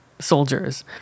soldiers